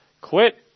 Quit